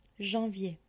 Janvier